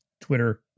Twitter